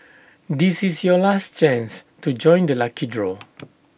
this is your last chance to join the lucky draw